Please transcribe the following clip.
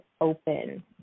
open